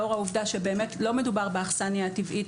לאור העובדה שבאמת לא מדובר באכסניה הטבעית